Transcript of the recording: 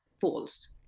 false